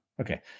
Okay